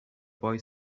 boy